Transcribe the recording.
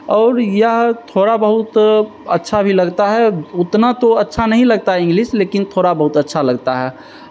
और यह थोड़ा बहुत अच्छा भी लगता है उतना तो अच्छा नहीं लगता है ईंग्लीस लेकिन थोड़ा बहुत अच्छा लगता है